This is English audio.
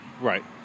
Right